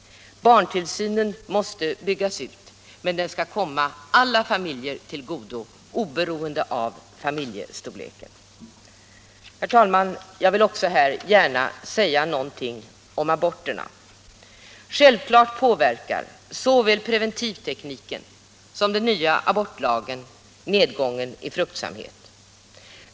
Barntillsynen måste byggas ut, men den skall komma alla familjer till del, oberoende av familjestorleken. Herr talman! Jag vill här gärna säga något också om aborterna. Självklart påverkar såväl preventivtekniken som den nya abortlagen nedgången i fruktsamheten.